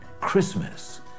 Christmas